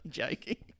joking